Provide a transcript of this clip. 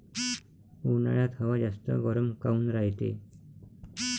उन्हाळ्यात हवा जास्त गरम काऊन रायते?